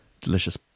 delicious